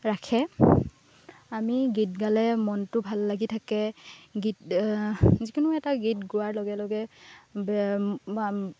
ৰাখে আমি গীত গালে মনটো ভাল লাগি থাকে গীত যিকোনো এটা গীত গোৱাৰ লগে লগে